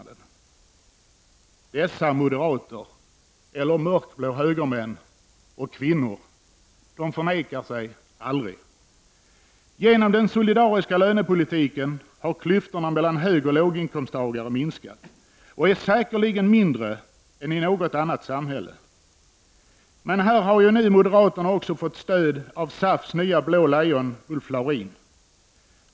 Dessa moderater — eller mörkblå högermän och kvinnor — förnekar sig aldrig! Genom den solidariska lönepolitiken har klyftorna mellan högoch låginkomsttagare minskat. Den är säkerligen i Sverige mindre än i något annat samhälle. Men här har ju moderaterna också fått stöd av SAFs nya blå lejon Ulf Laurin.